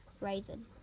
raven